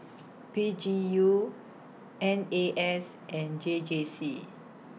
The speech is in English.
P G U N A S and J J C